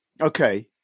okay